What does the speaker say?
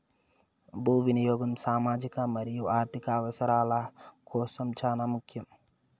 భూ వినియాగం సామాజిక మరియు ఆర్ధిక అవసరాల కోసం చానా ముఖ్యం